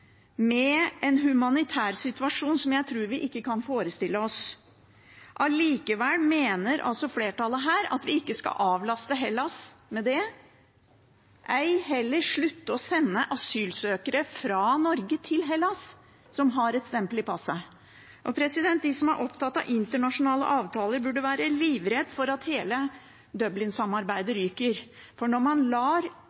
med en humanitærsituasjon som jeg tror vi ikke kan forestille oss. Allikevel mener flertallet her at vi ikke skal avlaste Hellas med det, ei heller slutte å sende asylsøkere som har et stempel i passet, fra Norge til Hellas. De som er opptatt av internasjonale avtaler, burde være livredd for at hele